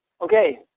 Okay